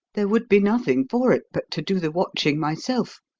there would be nothing for it but to do the watching myself.